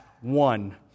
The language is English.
one